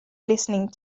listening